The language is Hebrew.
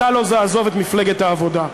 אתה לא תעזוב את מפלגת העבודה.